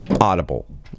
Audible